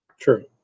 True